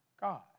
God